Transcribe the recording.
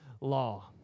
law